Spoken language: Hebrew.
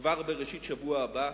כבר בראשית השבוע הבא.